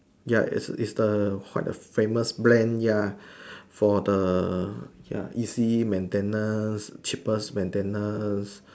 ya is is the quite a famous brand ya for the ya easy maintained cheapest maintenance